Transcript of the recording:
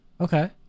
Okay